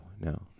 no